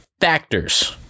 factors